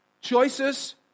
Choices